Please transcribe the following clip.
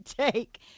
take